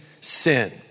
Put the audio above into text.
sin